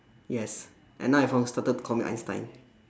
yes and now everyone started calling me einstein